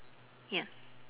ya